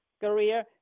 career